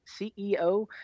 ceo